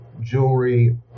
jewelry